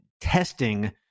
testing